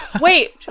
Wait